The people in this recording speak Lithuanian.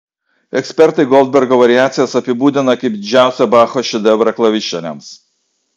ekspertai goldbergo variacijas apibūdina kaip didžiausią bacho šedevrą klavišiniams